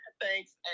Thanks